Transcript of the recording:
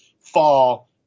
fall